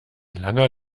langer